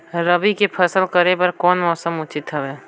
रबी फसल करे बर कोन मौसम उचित हवे?